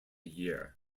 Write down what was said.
year